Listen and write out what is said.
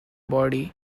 body